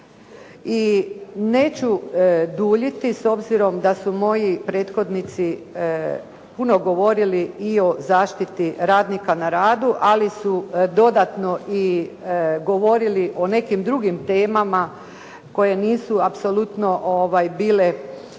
I neću duljiti s obzirom da su moji prethodnici puno govorili i o zaštiti radnika na radu, ali su dodatno i govorili o nekim drugim temama koje nisu apsolutno bile